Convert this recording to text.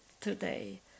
today